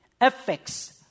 affects